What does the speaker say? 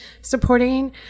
supporting